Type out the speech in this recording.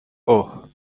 اوه